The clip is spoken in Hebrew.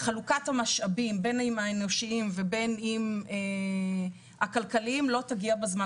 חלוקת המשאבים בין אם האנושיים ובין אם הכלכליים לא תגיע בזמן,